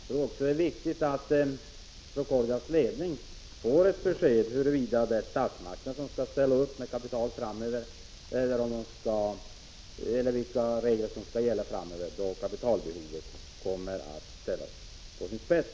Jag tror också att det är viktigt att Procordias ledning får ett besked huruvida det är statsmakterna som skall ställa upp med kapital framöver, eller vilka regler som skall gälla då kapitalbehovet kommer att ställas på sin spets.